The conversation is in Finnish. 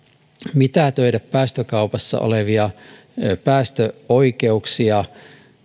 mitätöidä päästökaupassa olevia päästöoikeuksia